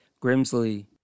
Grimsley